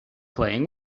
playing